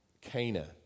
Cana